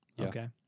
okay